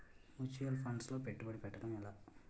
Mutual funds లో పెట్టుబడి పెట్టడం ఎలా?